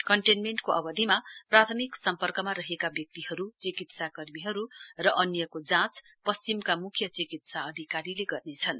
कन्टेन्मेण्टको अवधिमा प्राथमिक सम्पर्कमा रहेका व्यक्तिहरु चिकित्सा कर्मीहरु र अन्यको जाँच पश्चिमका मुख्य चिकित्सा अधिकारीले गर्नेछन्